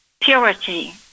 purity